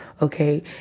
okay